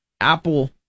Apple